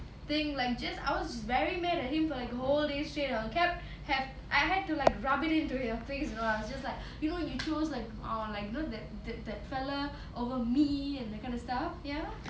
thing like just I was very mad at him for like the whole day straight you know kept have I had to like rub it into his face and all I was just like you know you you chose like or like you know that that fellow over me and that kind of stuff ya